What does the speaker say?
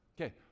Okay